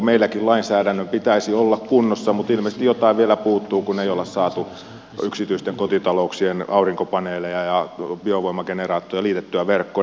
meilläkin lainsäädännön pitäisi olla kunnossa mutta ilmeisesti jotain vielä puuttuu kun ei olla saatu yksityisten kotitalouksien aurinkopaneeleja ja biovoimageneraattoreita liitettyä verkkoon